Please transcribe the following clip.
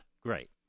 great